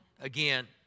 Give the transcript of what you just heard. again